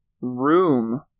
room